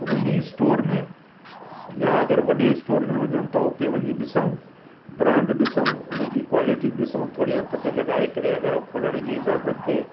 वञी स्टोर में या अगरि वॾे स्टोर में वञू त उते वञी ॾिसूं ब्रांड ॾिसूं हुनजी क्वालिटी ॾिसूं थोरी हथ ते लॻाए करे अगरि उहो खोलण जी इजाज़त ॾे